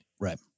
Right